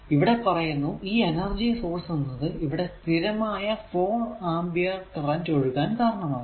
ഇവിടെ പറയുന്നു ഈ എനർജി സോഴ്സ് എന്നത് ഇവിടെ സ്ഥിരമായ 4ആംപിയർ കറന്റ് ഒഴുകാൻ കാരണമാകുന്നു